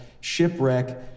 shipwreck